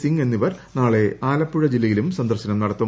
സിംഗ് എന്നിവർ നാളെ ആലപ്പുഴ ജില്ലയിലും സന്ദർശനം നടത്തും